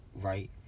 Right